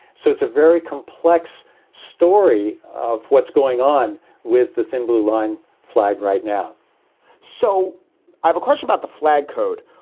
so it's a very complex story of what's going on with the thin blue line flag right now so i have a question about the flag code.